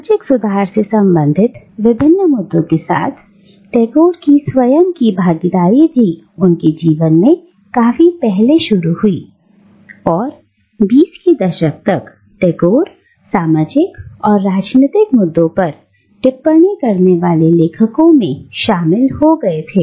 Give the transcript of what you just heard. सामाजिक सुधार से संबंधित विभिन्न मुद्दों के साथ टैगोर की स्वयं की भागीदारी भी उनके जीवन में काफी पहले शुरू हुई और 20 के दशक तक टैगोर सामाजिक और राजनीतिक मुद्दों पर टिप्पणी करने वाले लेखकों में शामिल हो गए थे